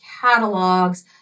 catalogs